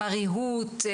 הריהוט,